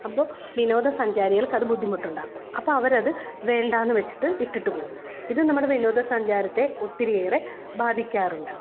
അപ്പോൾ വിനോദസഞ്ചാരികൾക്കത് ബുദ്ധിമുട്ടുണ്ടാക്കും അപ്പോൾ അവരത് വേണ്ടാന്ന് വെച്ചിട്ട് ഇട്ടിട്ട് പോകും ഇത് നമ്മുടെ വിനോദസഞ്ചാരത്തെ ഒത്തിരിയേറെ ബാധിക്കാറുണ്ട്